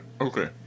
Okay